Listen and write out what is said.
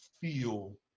feel